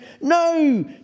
no